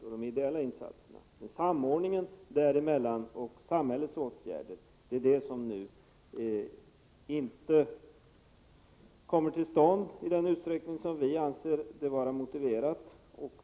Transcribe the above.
Samordningen mellan det arbetet och samhällets åtgärder kommer nu inte till stånd i den utsträckning som vi anser vara motiverad.